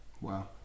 wow